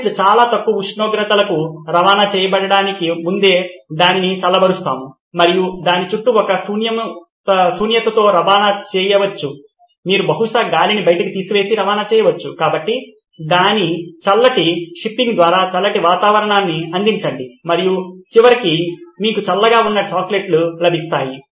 chocolate చాలా తక్కువ ఉష్ణోగ్రతలకు రవాణా చేయబడటానికి ముందే మనము దానిని చల్లబరుస్తాము మరియు దాని చుట్టూ ఉన్న శూన్యతతో రవాణా చేయవచ్చు మీరు బహుశా గాలిని బయటకు తీసి రవాణా చేయవచ్చు కాబట్టి దాని చల్లటి షిప్పింగ్ ద్వారా చల్లటి వాతావరణాన్ని అందిచండి మరియు చివరికి మీకు చల్లగా వున్న చాక్లెట్లు లభిస్తాయి